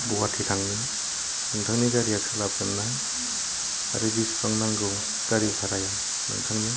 गुवाहाटी थांनो नोंथांनि गारिया सोलाबगोनना आरो बिसिबां नांगौ गारि भाराया नोंथांनो